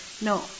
No